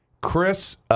Chris